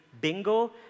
bingo